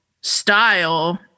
style